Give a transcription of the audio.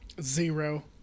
Zero